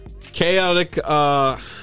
chaotic